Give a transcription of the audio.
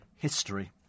History